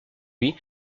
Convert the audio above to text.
lui